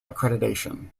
accreditation